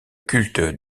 culte